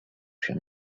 się